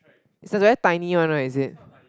it's the very tiny one right is it